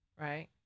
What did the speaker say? right